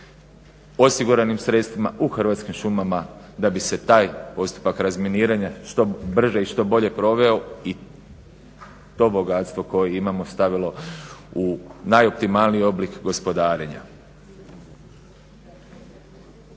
osiguranim sredstvima u Hrvatskim šumama da bi se taj postupak razminiranja što brže i što bolje proveo i to bogatstvo koje imamo stavilo u najoptimalniji oblik gospodarenja.